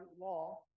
law